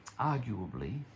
arguably